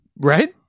Right